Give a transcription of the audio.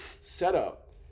setup